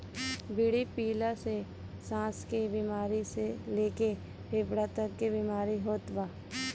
बीड़ी पियला से साँस के बेमारी से लेके फेफड़ा तक के बीमारी होत बा